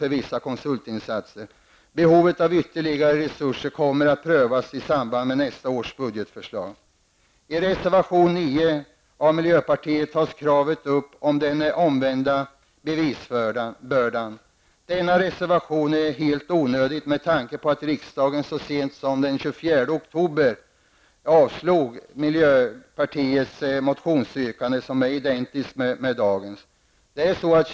för vissa konsultinsatser. Behovet av ytterligare resurser kommer att prövas i samband med nästa års budgetförslag. I reservation 9 från miljöpartiet tas kravet beträffande den omvända bevisbördan upp. Denna reservation är helt onödig med tanke på att riksdagen så sent som den 24 oktober avslog ett motionsyrkande från miljöpartiet som var identiskt med dagens yrkande.